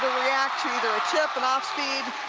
react to their ah chip and off speed,